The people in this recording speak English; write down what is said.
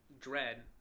Dread